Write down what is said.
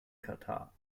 katar